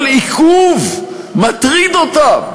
כל עיכוב מטריד אותם,